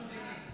צריך הצבעה.